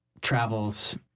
travels